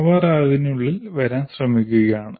അവർ അതിനുള്ളിൽ വരാൻ ശ്രമിക്കുകയാണ്